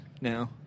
Now